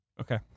Okay